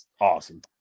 awesome